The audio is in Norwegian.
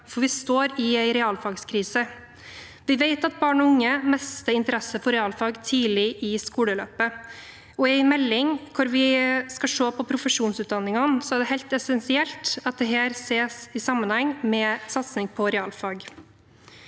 for vi står i en realfagkrise. Vi vet at barn og unge mister interessen for realfag tidlig i skoleløpet, og i en melding hvor vi skal se på profesjonsutdanningene, er det helt essensielt at dette ses i sammenheng med satsing på realfag.